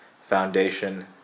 foundation